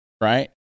right